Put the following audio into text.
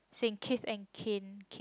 saying Keith and kin